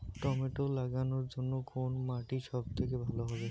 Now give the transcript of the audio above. Tomato লাগানোর জন্যে কোন মাটি সব থেকে ভালো হবে?